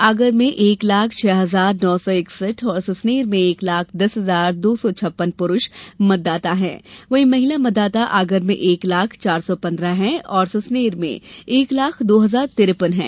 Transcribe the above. आगर में एक लाख छह हजार नौ सौ इकसठ और सुसनेर में एक लाख दस हजार दो सौ छप्पन पुरुष मतदाता हैं वहीं महिला मतदाता आगर में एक लाख चार सौ पन्द्रह हैं और सुसनेर में एक लाख दो हजार तिरेपन हैं